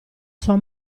sua